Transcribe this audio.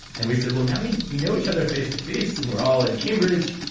and we said, well, now we we know each other face to face and we're all in cambridge,